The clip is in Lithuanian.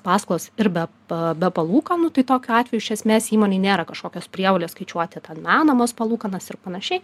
paskolas ir bepa be palūkanų tai tokiu atveju iš esmės įmonei nėra kažkokios prievolės skaičiuoti ten menamas palūkanas ir panašiai